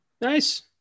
nice